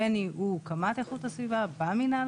בין אם הוא קמ"ט איכות הסביבה במינהל